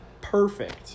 perfect